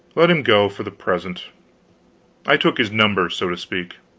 let him go, for the present i took his number, so to speak.